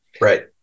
Right